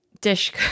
dish